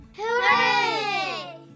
Hooray